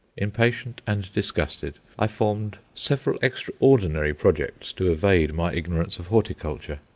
impatient and disgusted, i formed several extraordinary projects to evade my ignorance of horticulture.